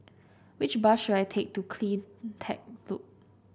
which bus should I take to CleanTech Loop